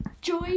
joy